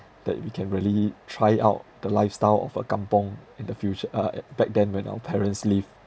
that we can really try out the lifestyle of a kampong in the future uh back then when our parents live